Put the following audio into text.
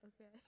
Okay